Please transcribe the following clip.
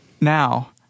Now